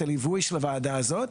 את הליווי של הוועדה הזאת.